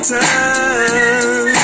time